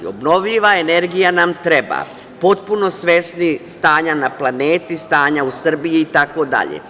Obnovljiva energija nam treba, potpuno svesni stanja na planeti, stanja u Srbiji itd.